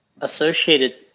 associated